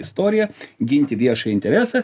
istoriją ginti viešąjį interesą